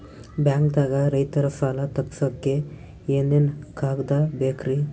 ಬ್ಯಾಂಕ್ದಾಗ ರೈತರ ಸಾಲ ತಗ್ಸಕ್ಕೆ ಏನೇನ್ ಕಾಗ್ದ ಬೇಕ್ರಿ?